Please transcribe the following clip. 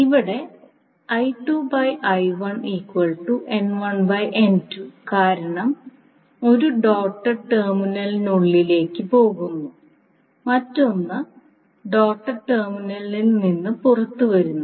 ഇവിടെ കാരണം 1 ഡോട്ട്ഡ് ടെർമിനലിനുള്ളിലേക്ക് പോകുന്നു മറ്റൊന്ന് ഡോട്ട്ഡ് ടെർമിനലിൽ നിന്ന് പുറത്തുവരുന്നു